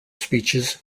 speeches